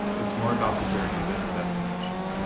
it's more about the journey than the destination